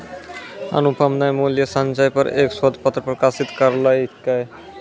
अनुपम न मूल्य संचय पर एक शोध पत्र प्रकाशित करलकय